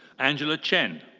angela chen.